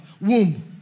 womb